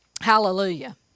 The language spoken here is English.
Hallelujah